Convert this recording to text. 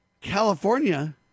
California